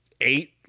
eight